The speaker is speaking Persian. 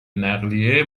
نقلیه